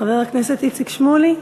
חבר הכנסת איציק שמולי,